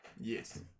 Yes